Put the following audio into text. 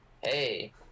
hey